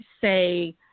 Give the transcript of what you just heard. Say